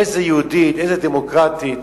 איזה יהודית, איזה דמוקרטית?